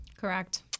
Correct